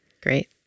Great